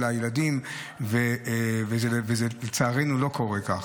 הילדים, ולצערנו זה לא קורה כך.